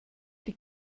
die